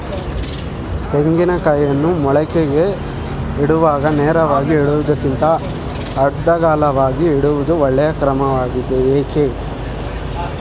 ತೆಂಗಿನ ಕಾಯಿಯನ್ನು ಮೊಳಕೆಗೆ ಇಡುವಾಗ ನೇರವಾಗಿ ಇಡುವುದಕ್ಕಿಂತ ಅಡ್ಡಲಾಗಿ ಇಡುವುದು ಒಳ್ಳೆಯ ಕ್ರಮವಾಗಿದೆ ಏಕೆ?